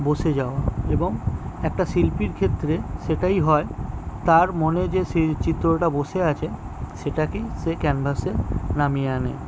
বসে যাওয়া এবং একটা শিল্পীর ক্ষেত্রে সেটাই হয় তার মনে যে সেই চিত্রটা বসে আছে সেটাকেই সে ক্যানভাসে নামিয়ে আনে